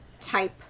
type